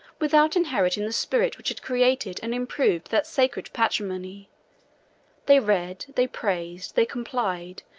without inheriting the spirit which had created and improved that sacred patrimony they read, they praised, they compiled,